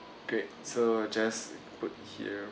great so just put here